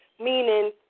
meaning